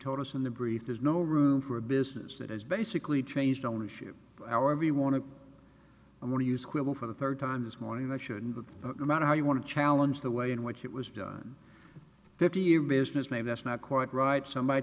told us in the brief there's no room for a business that is basically changed ownership our we want to i'm going to use quibble for the third time this morning i shouldn't but no matter how you want to challenge the way in which it was done fifty years business maybe that's not quite right somebody